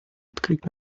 открыть